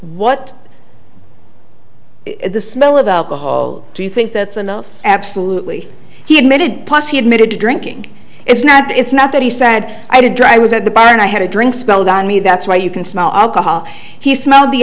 what the smell of alcohol do you think that's enough absolutely he admitted he admitted to drinking it's not it's not that he said i did try was at the bar and i had a drink smelled on me that's why you can smell alcohol he smelled the